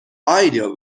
ideal